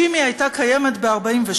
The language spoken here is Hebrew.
שאם היא הייתה קיימת ב-1948,